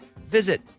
visit